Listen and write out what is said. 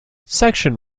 section